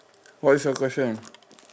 what is your question